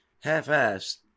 half-assed